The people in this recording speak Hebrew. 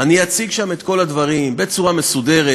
אני אציג שם את כל הדברים בצורה מסודרת,